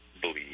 believe